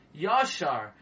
yashar